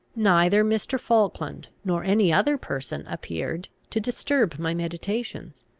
neither mr. falkland nor any other person appeared to disturb my meditations.